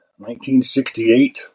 1968